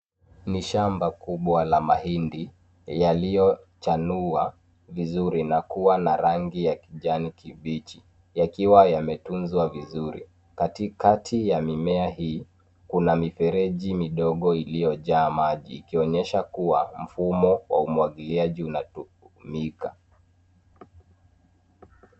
Ni shamba kubwa la mahindi yaliyochanua vizuri na kuwa na rangi ya kijani kibichi yakiwa yametunzwa vizuri. Katikati ya mimea hii kuna mifereji midogo iliyojaa maji ikionyesha kuwa mfumo wa umwagiliaji unatutumika.